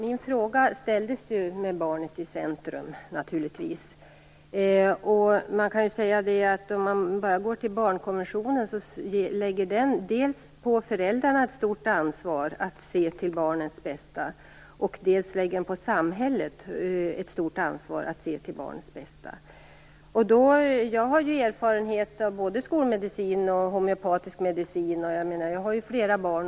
Herr talman! Jag ställde naturligtvis min interpellation med barnet i centrum. Vi kan konstatera att barnkonventionen lägger ett stort ansvar för att se till barnens bästa, dels på föräldrarna, dels på samhället. Jag har erfarenhet av både skolmedicin och homeopatisk medicin - jag har ju flera barn.